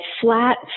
flat